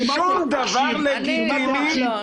שום דבר לגיטימי.